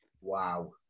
Wow